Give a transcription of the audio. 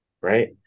right